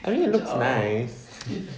I mean it looks nice